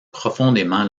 profondément